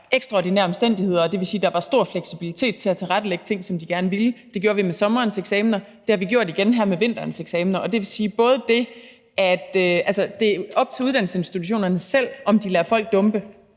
ekstraordinære omstændigheder, så der var stor fleksibilitet med hensyn til at tilrettelægge ting, som de gerne ville – det gjorde vi med sommerens eksamener, og det har vi gjort igen her med vinterens eksamener. Det vil sige, at det er op til uddannelsesinstitutionerne selv, om de lader folk dumpe,